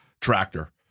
tractor